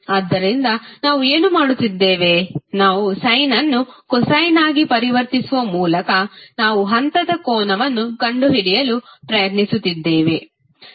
ಆದ್ದರಿಂದ ನಾವು ಏನು ಮಾಡುತ್ತಿದ್ದೇವೆ ಸಯ್ನ್ ಅನ್ನು ಕೊಸೈನ್ ಆಗಿ ಪರಿವರ್ತಿಸುವ ಮೂಲಕ ನಾವು ಹಂತದ ಕೋನವನ್ನು ಕಂಡುಹಿಡಿಯಲು ಪ್ರಯತ್ನಿಸುತ್ತಿದ್ದೇವೆ